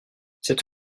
cette